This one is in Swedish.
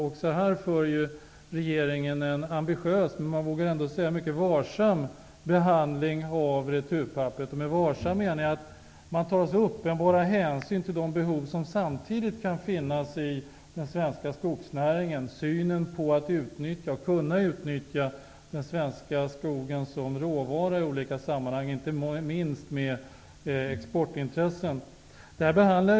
Också när det gäller behandlingen av returpapper för regeringen en ambitiös men ändå mycket varsam politik. Med varsam menar jag att man tar uppenbar hänsyn till de behov som samtidigt kan finnas i den svenska skogsnäringen av att kunna utnyttja den svenska skogen såsom råvara i olika sammanhang, inte minst när det gäller exportintressena.